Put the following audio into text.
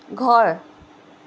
ঘৰ